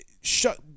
Shut